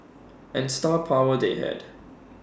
and star power they had